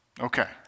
Okay